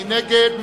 מי נגד?